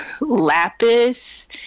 lapis